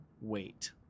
wait